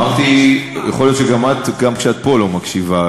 אמרתי, יכול להיות שגם את, גם כשאת פה, לא מקשיבה.